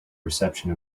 reception